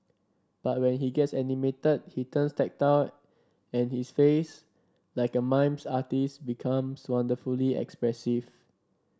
but when he gets animated he turns tactile and his face like a mimes artist's becomes wonderfully expressive